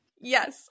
Yes